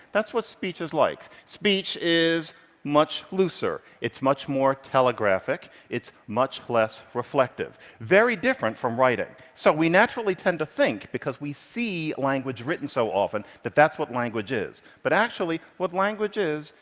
that's what speech is like. speech is much looser. it's much more telegraphic. it's much less reflective very different from writing. so we naturally tend to think, because we see language written so often, that that's what language is, but actually what language is,